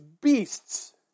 beasts